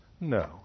No